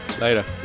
later